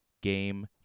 Game